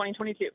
2022